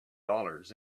dollars